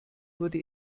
wurde